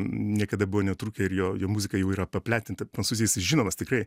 niekada buvo netrukę ir jo jo muzika jau yra papletinta prancūzijoj jisai žinomas tikrai